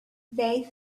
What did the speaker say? they